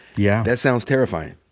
yeah that sounds terrifyin'.